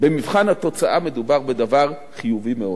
במבחן התוצאה מדובר בדבר חיובי מאוד.